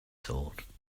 thought